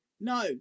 no